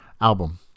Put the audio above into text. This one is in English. album